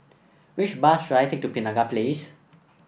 which bus should I take to Penaga Place